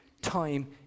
Time